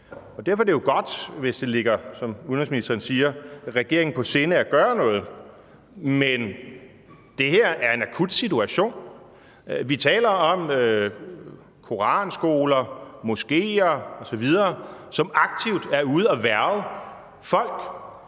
Derfor er det jo godt, hvis det – som udenrigsministeren siger – ligger regeringen på sinde at gøre noget. Men det her er en akut situation. Vi taler om koranskoler, moskeer osv., som aktivt er ude at hverve folk